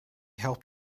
helped